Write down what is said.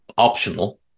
Optional